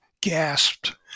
gasped